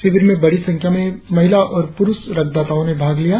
शिविर में बड़ी संख्या में महिला और पुरुष रक्तदाताओं ने भाग लिया